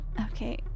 Okay